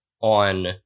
on